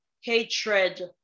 hatred